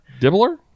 Dibbler